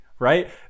Right